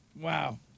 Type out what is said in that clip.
Wow